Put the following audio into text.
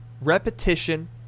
repetition